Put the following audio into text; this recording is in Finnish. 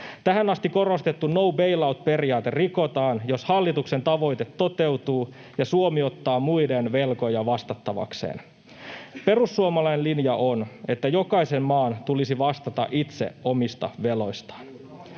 Tähän asti korostettu no bail-out -periaate rikotaan, jos hallituksen tavoite toteutuu ja Suomi ottaa muiden velkoja vastattavakseen. Perussuomalainen linja on, että jokaisen maan tulisi vastata itse omista veloistaan.